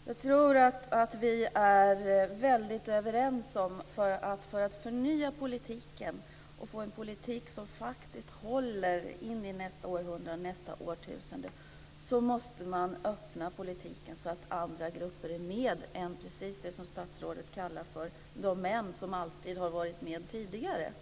Fru talman! Jag tror att vi är väldigt överens om att man, för att förnya politiken och få en politik som faktiskt håller in i nästa århundrade och årtusende, måste öppna politiken så att andra grupper är med än just de som statsrådet kallar för de män som alltid har varit med tidigare.